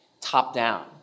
top-down